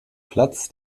platz